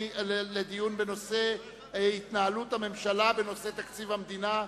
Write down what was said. בנושא התנהלות הממשלה בנושא תקציב המדינה.